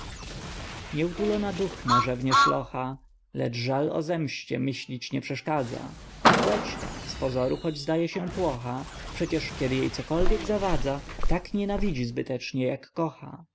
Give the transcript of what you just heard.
nieutulona duchna rzewnie szlocha lecz żal o zemście myślić nie przeszkadza płeć ta z pozoru choć zdaje się płocha przecież kiedy jej cokolwiek zawadza tak nienawidzi zbytecznie jak kocha